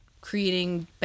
creating